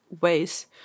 ways